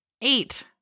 Eight